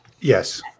yes